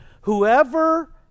Whoever